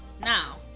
Now